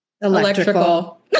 Electrical